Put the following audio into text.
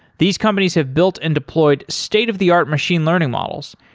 these companies have built and deployed state of the art machine learning models,